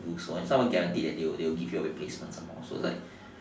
to do so and it's not even guaranteed they will give some replacement also